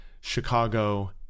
Chicago